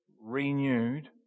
renewed